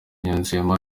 yunzemo